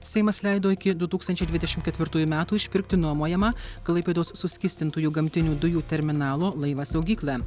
seimas leido iki du tūkstančiai dvidešimt ketvirtųjų metų išpirkti nuomojamą klaipėdos suskystintųjų gamtinių dujų terminalo laivą saugyklą